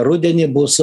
rudenį bus